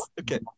Okay